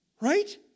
right